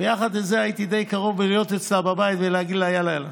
ויחד עם זה הייתי די קרוב בלהיות אצלה בבית ולהגיד לה: יאללה,